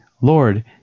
Lord